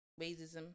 racism